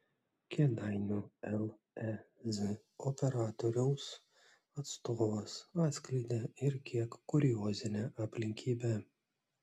kėdainių lez operatoriaus atstovas atskleidė ir kiek kuriozinę aplinkybę